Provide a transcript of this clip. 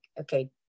okay